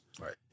Right